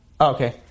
okay